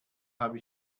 habe